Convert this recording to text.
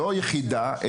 לא יחידה,